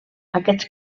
aquests